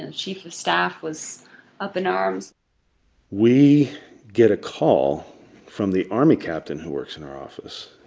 and chief of staff was up in arms we get a call from the army captain who works in our office.